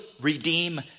redeem